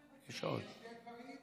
יש עוד שני דברים?